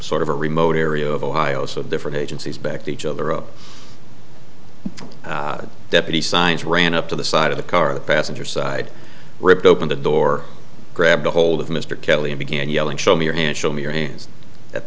sort of a remote area of ohio so different agencies backed each other up deputy signs ran up to the side of the car the passenger side ripped open the door grabbed ahold of mr kelley and began yelling show me your hand show me your hands at